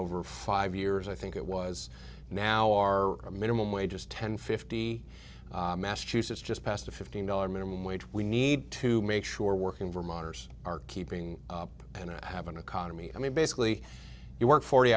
over five years i think it was now our minimum wage is ten fifty massachusetts just passed a fifteen dollar minimum wage we need to make sure working vermonters are keeping up and i have an economy i mean basically you work forty